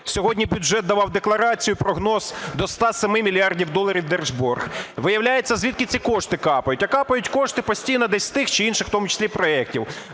Сьогодні бюджет давав декларацію, прогноз – до 107 мільярдів доларів держборг. Виявляється, звідки ці кошти капають, а капають кошти постійно з тих чи інших в тому числі проектів.